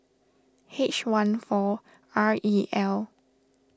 H one four R E L